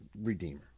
redeemer